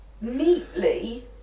neatly